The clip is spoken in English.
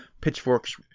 pitchforks